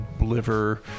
liver